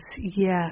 yes